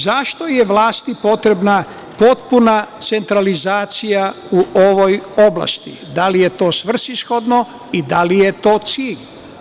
Zašto je vlasti potrebna potpuna centralizacija u ovoj oblasti, da li je to svrsishodno i da li je to cilj?